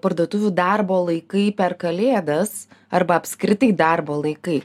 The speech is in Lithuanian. parduotuvių darbo laikai per kalėdas arba apskritai darbo laikai